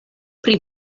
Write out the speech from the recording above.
pri